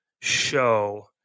show